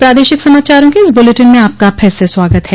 प्रादेशिक समाचारों के इस बुलेटिन में आपका फिर से स्वागत है